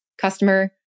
customer